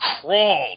crawled